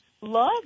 love